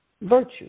virtue